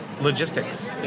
logistics